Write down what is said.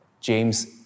James